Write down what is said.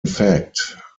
fact